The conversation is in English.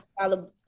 follow